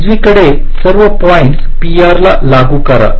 उजवीकडे सर्व points P R ला लागू करा